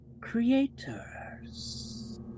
creators